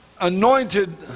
anointed